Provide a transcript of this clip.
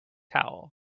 towel